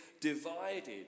divided